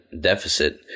deficit